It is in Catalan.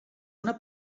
una